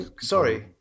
Sorry